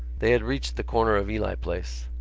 they had reached the corner of ely place.